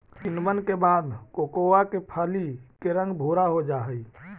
किण्वन के बाद कोकोआ के फली के रंग भुरा हो जा हई